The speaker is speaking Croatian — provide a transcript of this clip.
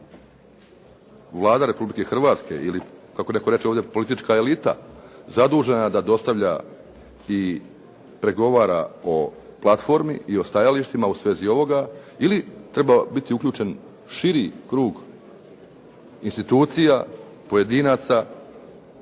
Vlada Republike Hrvatske ili kako netko reče ovdje, politička elita, zadužena da dostavlja i pregovara o platformi i stajalištima u svezi ovoga ili treba biti uključen širi krug institucija, pojedinaca